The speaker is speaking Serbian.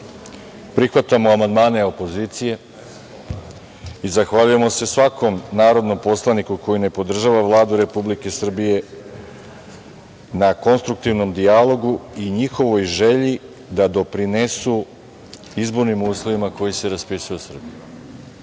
prihvatamo amandmane opozicije i zahvaljujemo se svakom narodnom poslaniku koji ne podržava Vladu Republike Srbije, na konstruktivnom dijalogu i njihovoj želji da doprinesu izbornim uslovima koji se raspisuju u Srbiji.O